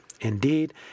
Indeed